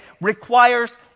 requires